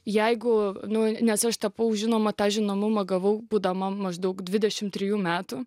jeigu nuo nu aš tapau žinoma tą žinomumą gavau būdama maždaug dvidešim trijų metų